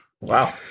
Wow